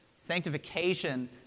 Sanctification